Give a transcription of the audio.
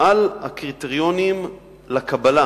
על הקריטריונים לקבלה,